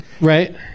Right